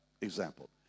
example